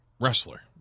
wrestler